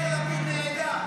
יאיר לפיד נעדר.